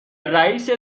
رئیست